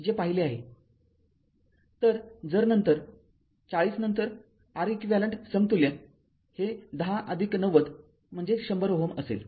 तर जर नंतर ४० नंतर R eq समतुल्य हे १०९० म्हणजे १०० Ω असेल